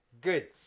Good